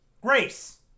grace